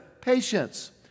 patience